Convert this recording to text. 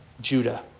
Judah